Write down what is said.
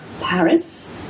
Paris